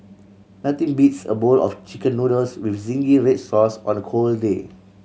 nothing beats a bowl of Chicken Noodles with zingy red sauce on a cold day